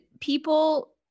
people